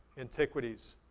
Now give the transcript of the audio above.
antiquities,